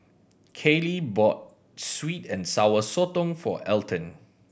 Kalie bought sweet and Sour Sotong for Elton